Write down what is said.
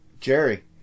Jerry